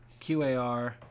qar